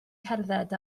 cerdded